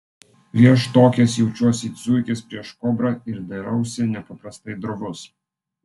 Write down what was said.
prieš tokias jaučiuosi it zuikis prieš kobrą ir darausi nepaprastai drovus